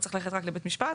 לא צריך ללכת רק לבית משפט.